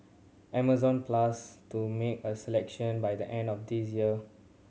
Amazon plans to make a selection by the end of this year